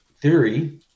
theory